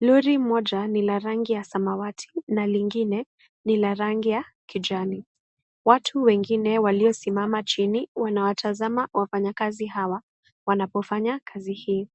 Lori moja ni la rangi ya samawati na lingine ni la rangi ya kijani. Watu wengine waliosimama chini wanawatazama wafanyakazi hawa wanapofanya kazi hii.